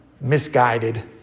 misguided